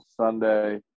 Sunday